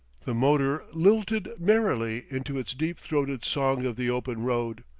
the motor lilted merrily into its deep-throated song of the open road,